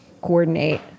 coordinate